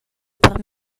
per